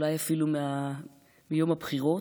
ואולי אפילו מיום הבחירות,